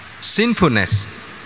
sinfulness